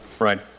Right